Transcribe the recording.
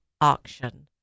auction